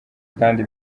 kandi